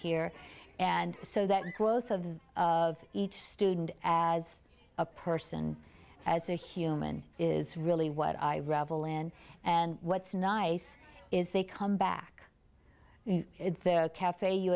here and so that growth of the of each student as a person as a human is really what i revel in and what's nice is they come back caf you